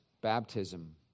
baptism